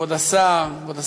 כבוד השר, כבוד השרה,